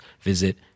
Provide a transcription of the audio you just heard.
visit